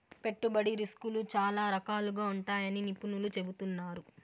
పెట్టుబడి రిస్కులు చాలా రకాలుగా ఉంటాయని నిపుణులు చెబుతున్నారు